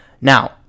now